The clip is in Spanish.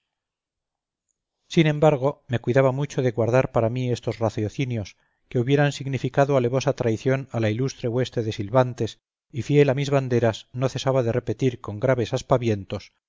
sin embargo me cuidaba mucho de guardar para mí estos raciocinios que hubieran significado alevosa traición a la ilustre hueste de silbantes y fiel a mis banderas no cesaba de repetir con grandes aspavientos